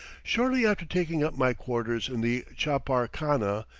shortly after taking up my quarters in the chapar-khana,